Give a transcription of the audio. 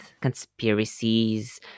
conspiracies